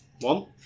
One